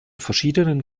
verschiedenen